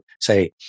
say